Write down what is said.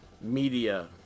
media